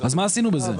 אז מה עשינו בזה?